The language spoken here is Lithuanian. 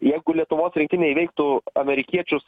jeigu lietuvos rinktinė įveiktų amerikiečius